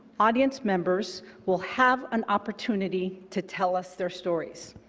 audience members will have an opportunity to tell us their stories.